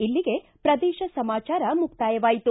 ಇಲ್ಲಿಗೆ ಪ್ರದೇಶ ಸಮಾಚಾರ ಮುಕ್ತಾಯವಾಯಿತು